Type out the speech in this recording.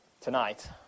tonight